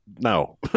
no